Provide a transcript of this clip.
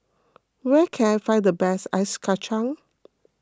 where can I find the best Ice Kacang